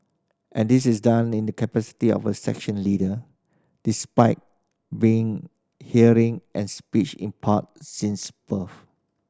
and this is done in the capacity as a section leader despite being hearing and speech impaired since birth